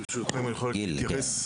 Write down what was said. ברשותכם, אני יכול להתייחס?